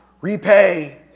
repay